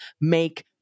make